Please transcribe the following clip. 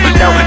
no